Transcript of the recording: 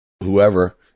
whoever